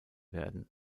werden